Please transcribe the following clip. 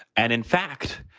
and in fact,